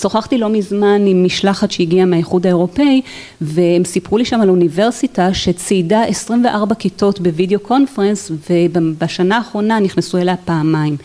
שוחחתי לא מזמן עם משלחת שהגיעה מהאיחוד האירופאי, והם סיפרו לי שם על אוניברסיטה שציידה 24 כיתות בוידאו קונפרנס, ובשנה האחרונה נכנסו אליה פעמיים.